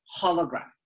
hologram